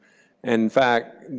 in fact,